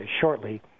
shortly